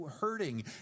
hurting